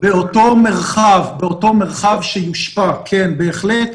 באותו מרחב שיושפע, כן בהחלט.